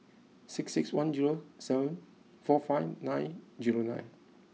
six six one zero seven four five nine zero nine